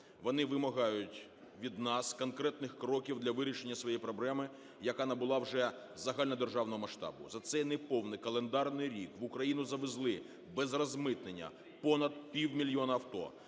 Вони вимагають від нас конкретних кроків для вирішення своєї проблеми, яка набула вже загальнодержавного масштабу. За цей неповний календарний рік в Україну завезли без розмитнення понад півмільйона авто,